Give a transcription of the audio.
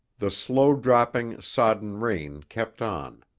the slow-dropping, sodden rain kept on.